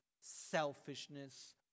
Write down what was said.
selfishness